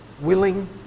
Willing